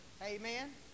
Amen